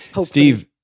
Steve